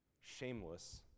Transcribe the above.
Shameless